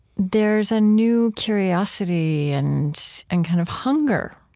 there's a new curiosity and and kind of hunger,